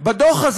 הרעיון.